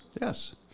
yes